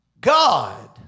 God